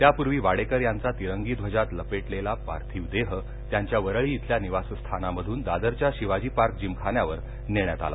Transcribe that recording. त्यापूर्वी वाडेकर यांचा तिरंगी ध्वजात लपेटलेला पार्थिव देह त्यांच्या वरळी इथल्या निवासस्थानामधून दादरच्या शिवाजी पार्क जिमखान्यावर नेण्यात आला